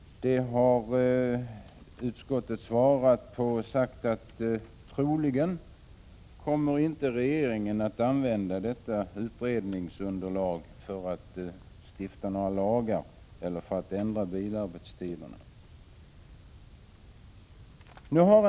Utskottet har svarat att regeringen troligen inte kommer att använda detta utredningsunderlag för att stifta några lagar om ändrade bilarbetstider.